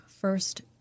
first